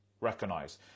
recognize